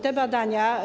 Te badania.